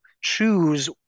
choose